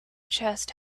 chest